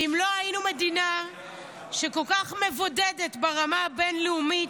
ואם לא היינו מדינה שכל כך מבודדת ברמה הבין-לאומית,